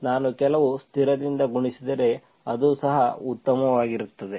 ನಾನು ಕೆಲವು ಸ್ಥಿರದಿಂದ ಗುಣಿಸಿದರೆ ಅದು ಸಹ ಉತ್ತಮವಾಗಿರುತ್ತದೆ